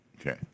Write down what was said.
okay